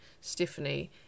Stephanie